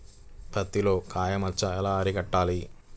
పత్తిలో కాయ మచ్చ ఎలా అరికట్టాలి?